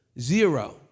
Zero